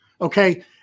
okay